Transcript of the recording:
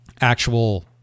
actual